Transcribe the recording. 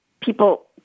people